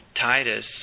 Titus